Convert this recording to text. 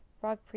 frog